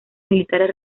militares